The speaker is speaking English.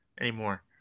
anymore